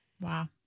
Wow